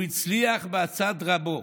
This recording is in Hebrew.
הוא הצליח בעצת רבו,